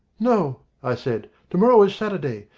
no, i said, to-morrow is saturday.